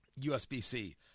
USB-C